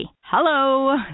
Hello